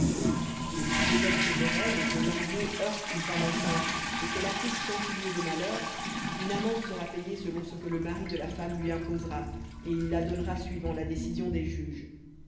et si des hommes se querellent et que heurte une femme enceinte et qu'elle accouche sans qu'il y ait de malheur une amende sera payée selon ce que le mari de la femme lui imposera et il la donnera suivant juges